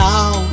Now